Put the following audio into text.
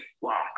Wow